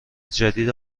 جدید